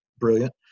brilliant